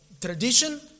tradition